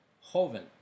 Hoven